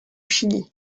chili